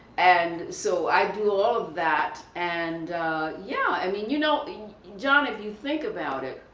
and so i do all of that and yeah i mean you know john if you think about it,